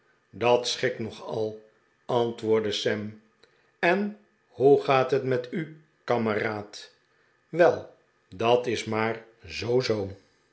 dat schikt nogal antwoordde sam en hoe gaat het met u kameraad wel dat is maar zoo zoo